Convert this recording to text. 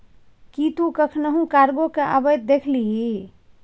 कि तु कखनहुँ कार्गो केँ अबैत देखलिही?